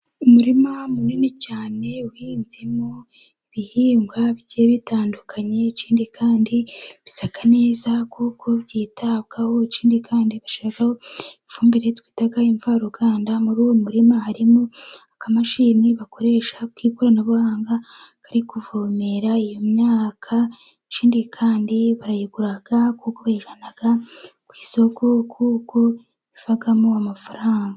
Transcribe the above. Umurima munini cyane uhinzemo ibihingwa bigiye bitandukanye. Ikindi kandi bisa neza kuko byitabwaho, ikindi kandi bashyiraho ifumbire twita imvaruganda. Muri uwo murima harimo akamashini bakoresha k'ikoranabuhanga kari kuvomera iyo myaka, ikindi kandi barayigura kuko bayijyana ku isoko kuko bivamo amafaranga.